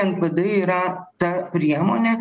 npd yra ta priemonė